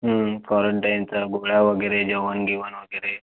क्वारंटाईनचा गोळ्या वगैरे जेवण गिवण वगैरे